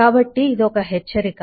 కాబట్టి ఇది ఒక హెచ్చరిక